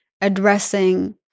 addressing